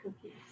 cookies